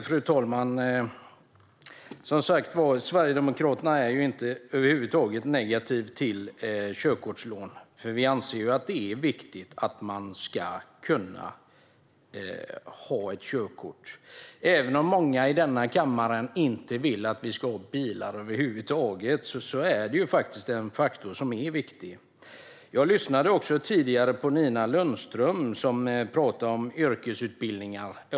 Fru talman! Sverigedemokraterna är över huvud taget inte negativa till körkortslån. Vi anser att det är viktigt att kunna ta körkort. Även om många i kammaren inte vill ha bilar över huvud taget är de en viktig faktor. Jag lyssnade tidigare på Nina Lundström, som talade om yrkesutbildningar.